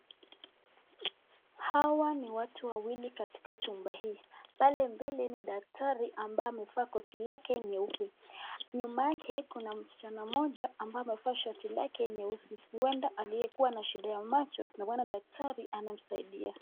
Hawa ni watu wawili katika chumba hii. Pale mbele ni daktari ambaye amevaa koti lake nyeupe. Nyuma yake kuna msichana moja ambaye amevaa shati lake ya nyeusi huenda aliyekuwa na shida ya macho ndo maana daktari anamsaidia.